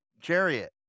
chariot